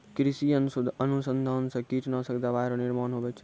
कृषि अनुसंधान से कीटनाशक दवाइ रो निर्माण हुवै छै